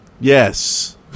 Yes